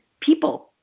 people